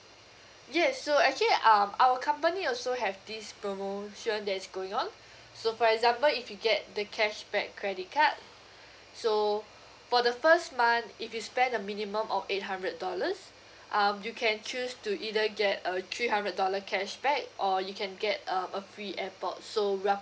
yes so actually um our company also have this promotion that is going on so for example if you get the cashback credit card so for the first month if you spend a minimum of eight hundred dollars um you can choose to either get a three hundred dollar cashback or you can get uh a free airpod so we're